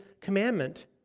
commandment